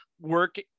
work